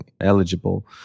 eligible